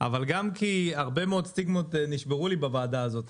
אבל גם כי הרבה מאוד סטיגמות נשברו לי בוועדה הזאת.